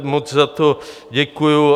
Moc za to děkuju.